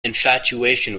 infatuation